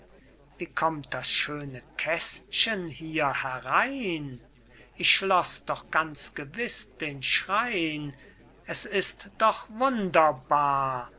wie kommt das schöne kästchen hier herein ich schloß doch ganz gewiß den schrein es ist doch wunderbar